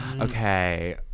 Okay